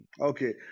okay